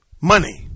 money